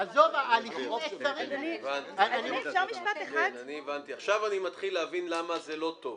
ההליכים נעצרים --- עכשיו אני מתחיל להבין למה זה לא טוב.